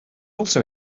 also